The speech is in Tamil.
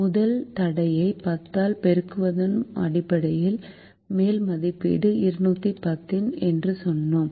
முதல் தடையை 10 ஆல் பெருக்குவதன் அடிப்படையில் மேல் மதிப்பீடு 210 என்று சொன்னோம்